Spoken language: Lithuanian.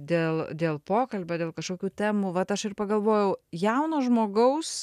dėl dėl pokalbio dėl kažkokių temų vat aš ir pagalvojau jauno žmogaus